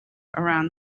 around